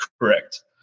Correct